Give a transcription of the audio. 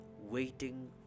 waiting